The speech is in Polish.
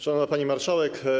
Szanowna Pani Marszałek!